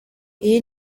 iyi